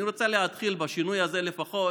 אני רוצה להתחיל בשינוי הזה לפחות,